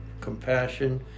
compassion